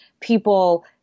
people